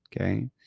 okay